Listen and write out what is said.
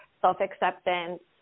self-acceptance